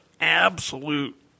absolute